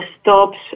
stops